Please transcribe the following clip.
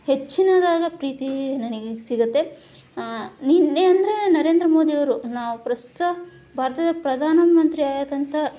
ಹೆಚ್ಚಿನದಾದ ಪ್ರೀತಿ ನನಗೆ ಸಿಗತ್ತೆ ನಿನ್ನೆ ಅಂದರೆ ನರೇಂದ್ರ ಮೋದಿಯವರು ನಾವು ಪ್ರಸ್ತುತ ಭಾರತದ ಪ್ರಧಾನಮಂತ್ರಿಯಾದಂಥ